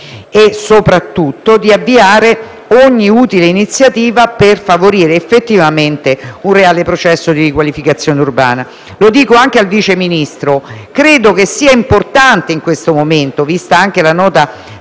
e, soprattutto, di avviare ogni utile iniziativa per favorire effettivamente un reale processo di riqualificazione urbana. Lo dico anche al signor Sottosegretario: credo che sia importante in questo momento, vista anche la Nota